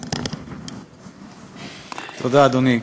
תודה, אדוני.